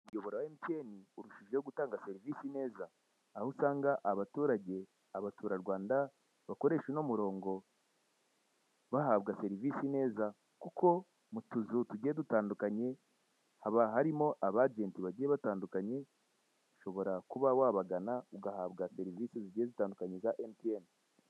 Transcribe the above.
Umuyobora wa MTN urushujeho gutanga serivisi neza, aho usanga abaturage, Abaturarwanda, bakoresha uno murongo bahabwa serivisi neza, kuko mu tuzu tugiye dutandukanye haba harimo aba ajenti bagiye batandukanye, ushobora kuba wabagana ugahabwa serivisi zigiye zitandukanye MTN.